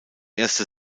erste